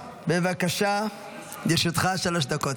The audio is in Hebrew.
בבקשה, לרשותך שלוש דקות.